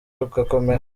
rugakomera